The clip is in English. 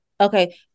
okay